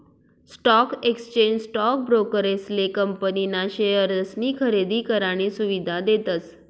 stock exchange stock ब्रोकरेसले company ना शेअर्सनी खरेदी करानी सुविधा देतस